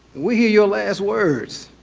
we hear your last words.